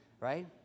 right